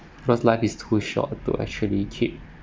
because life is too short to actually keep